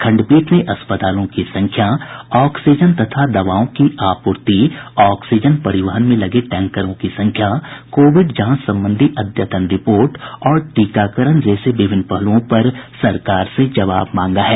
खंडपीठ ने अस्पतालों की संख्या ऑक्सीजन तथा दवाओं की आपूर्ति ऑक्सीजन परिवहन में लगे टैंकरों की संख्या कोविड जांच संबंधी अद्यतन रिपोर्ट और टीकाकरण जैसे विभिन्न पहलुओं पर सरकार से जवाब मांगा है